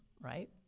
right